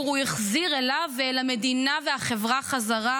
הוא החזיר אליו ואל המדינה והחברה חזרה,